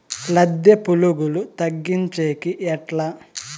లద్దె పులుగులు తగ్గించేకి ఎట్లా?